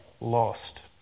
lost